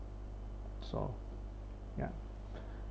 so ya